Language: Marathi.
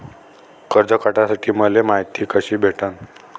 कर्ज काढासाठी मले मायती कशी भेटन?